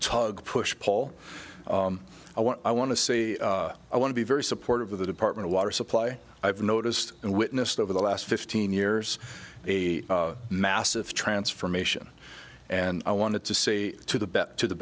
tug push pull i want i want to say i want to be very supportive of the department of water supply i've noticed and witnessed over the last fifteen years a massive transformation and i wanted to say to the bet to the